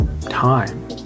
time